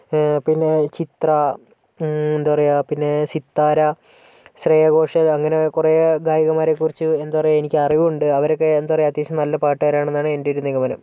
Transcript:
പിന്നെ ചിത്ര എന്താ പറയുക പിന്നെ സിത്താര ശ്രെയ ഘോഷാൽ അങ്ങനെ കുറേ ഗായികമാരെ കുറിച്ച് എന്താ പറയുക എനിക്ക് അറിവുണ്ട് അവരൊക്കെ എന്താ പറയുക അത്യാവശ്യം നല്ല പാട്ടുകാരാണെന്നാണ് എൻ്റെ ഒരു നിഗമനം